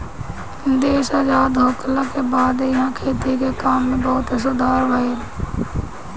देश आजाद होखला के बाद इहा खेती के काम में बहुते सुधार भईल